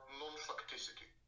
non-facticity